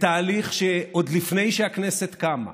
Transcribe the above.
עוד לפני שהכנסת קמה,